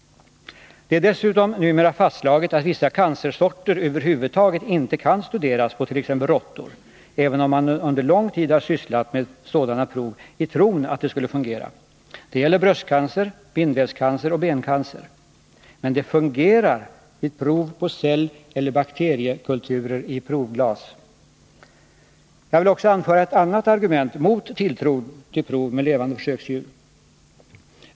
Det är numera dessutom fastslaget att vissa cancersorter över huvud taget inte kan studeras hos t.ex. råttor — även om man under lång tid har sysslat med sådana prov i tron att det skulle fungera. Det gäller bröstcancer, bindvävscancer och bencancer. Men det fungerar vid prov på celleller bakteriekulturer i provglas. Jag vill också anföra ett annat argument mot tilltron till prov med levande försöksdjur.